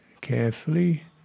carefully